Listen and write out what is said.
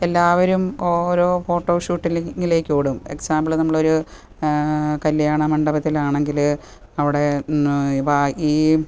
എല്ലാവരും ഓരോ ഫോട്ടോ ഷൂട്ടിലിങ്ങിലേക്കോടും എക്സാമ്പിള് നമ്മളൊരു കല്യാണ മണ്ഡപത്തിലാണെങ്കില് അവിടെ ഈ